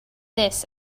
this